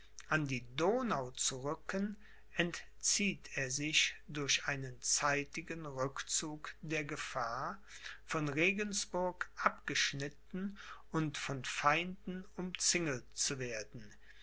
an die donau zu rücken entzieht er sich durch einen zeitigen rückzug der gefahr von regensburg abgeschnitten und von feinden umzingelt zu werden